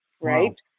right